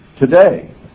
today